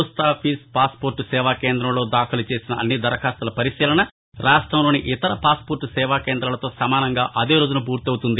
post office passport సేవా కేందంలో దాఖలు చేసిన అన్ని దరఖాస్తుల పరిశీలన రాష్ట్రంలోని ఇతర పాస్పోర్ట్ సేవా కేందాలతో సమానంగా అదే రోజున పూర్తి అవుతుంది